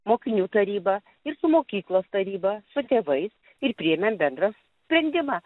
mokinių taryba ir su mokyklos taryba su tėvais ir priėmėm bendrą sprendimą